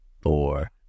four